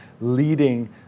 leading